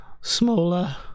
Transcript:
smaller